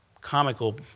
comical